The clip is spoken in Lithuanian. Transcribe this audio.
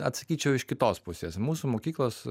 atsakyčiau iš kitos pusės mūsų mokyklos